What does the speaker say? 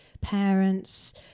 parents